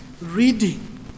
reading